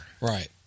Right